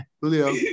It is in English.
Julio